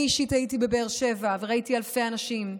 אני אישית הייתי בבאר שבע וראיתי אלפי אנשים,